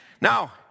Now